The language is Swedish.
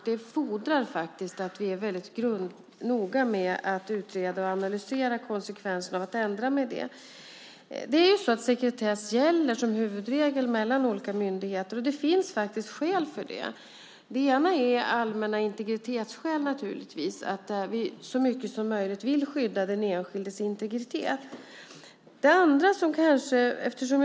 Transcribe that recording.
Det fordrar faktiskt att vi är väldigt noga med att utreda och analysera konsekvenserna av att ändra när det gäller detta. Sekretess gäller som huvudregel mellan olika myndigheter, och det finns faktiskt skäl för det. Det handlar naturligtvis om allmänna integritetsskäl, att vi så mycket som möjligt vill skydda den enskildes integritet. Men det handlar också om något annat.